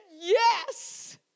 yes